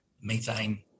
methane